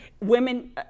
women